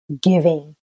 giving